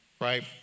right